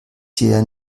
hier